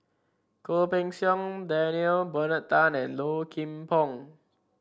Goh Pei Siong Daniel Bernard Tan and Low Kim Pong